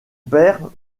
père